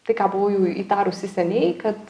tai ką buvau jau įtarusi seniai kad